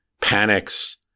panics